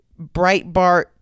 Breitbart